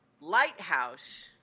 lighthouse